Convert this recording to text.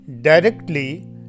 directly